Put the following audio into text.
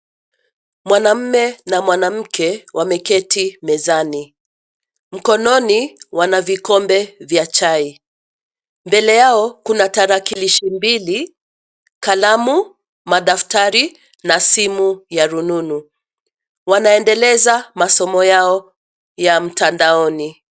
Mwanamme na mwanamke wameketi mezani, mkononi wana vikombe vya chai. Mbele yao kuna tarakilishi mbili, kalamu, madaftari na simu ya rununu. Wanaendeleza masomo yao ya mtandaoni.